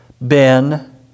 Ben